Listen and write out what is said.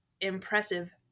impressive